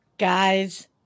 Guys